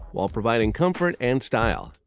while providing comfort and style.